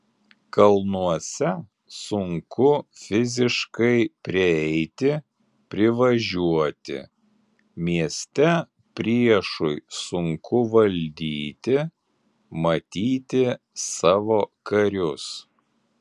kalnuose sunku fiziškai prieiti privažiuoti mieste priešui sunku valdyti matyti savo karius